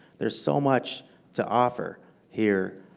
there's so much to offer here.